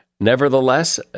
Nevertheless